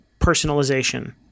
personalization